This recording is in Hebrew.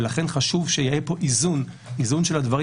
ולכן חשוב שיהיה פה איזון של הדברים.